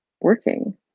working